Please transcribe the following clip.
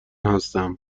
هستم